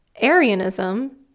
Arianism